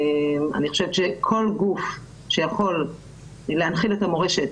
אני חושבת שכל גוף שיכול להנחיל את המורשת